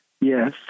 Yes